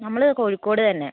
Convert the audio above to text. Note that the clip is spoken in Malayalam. നമ്മൾ കോഴിക്കോട് തന്നെ